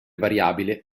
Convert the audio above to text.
variabile